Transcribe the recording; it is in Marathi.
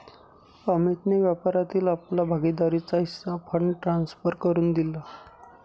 अमितने व्यापारातील आपला भागीदारीचा हिस्सा फंड ट्रांसफर करुन दिला